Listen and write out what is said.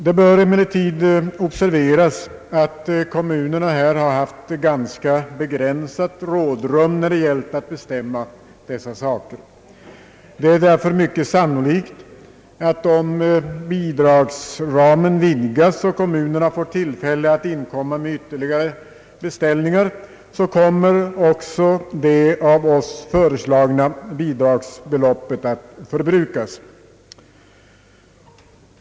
Det bör emellertid observeras att kommunerna har haft ganska begränsat rådrum när det gällt att bestämma dessa saker. Det är därför mycket sannolikt att om bidragsramen vidgas och kommunerna får tillfälle att inkomma med ytterligare beställningar, kommer också det av oss föreslagna bidragsbeloppet att förbrukas.